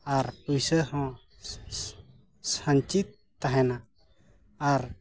ᱟᱨ ᱯᱩᱭᱥᱟᱹᱦᱚᱸ ᱥᱚᱧᱪᱤᱛ ᱛᱟᱦᱮᱱᱟ ᱟᱨ